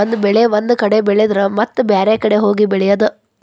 ಒಂದ ಬೆಳೆ ಒಂದ ಕಡೆ ಬೆಳೆದರ ಮತ್ತ ಬ್ಯಾರೆ ಕಡೆ ಹೋಗಿ ಬೆಳಿಯುದ